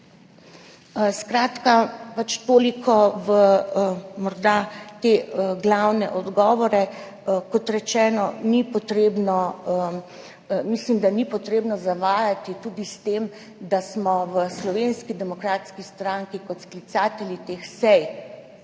Skratka, toliko morda glede teh glavnih odgovorov. Kot rečeno, mislim, da ni treba zavajati tudi s tem, da v Slovenski demokratski stranki kot sklicatelji teh sej